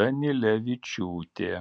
danilevičiūtė